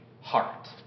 heart